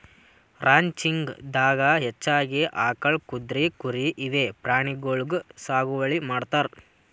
ranching ದಾಗಾ ಹೆಚ್ಚಾಗಿ ಆಕಳ್, ಕುದ್ರಿ, ಕುರಿ ಇವೆ ಪ್ರಾಣಿಗೊಳಿಗ್ ಸಾಗುವಳಿ ಮಾಡ್ತಾರ್